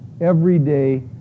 everyday